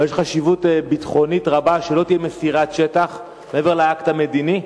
אבל יש חשיבות ביטחונית רבה שלא תהיה מסירת שטח מעבר לאקט המדיני,